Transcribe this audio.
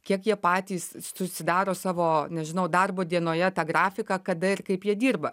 kiek jie patys susidaro savo nežinau darbo dienoje tą grafiką kada ir kaip jie dirba